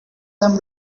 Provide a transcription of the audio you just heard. them